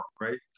right